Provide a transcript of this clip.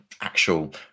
actual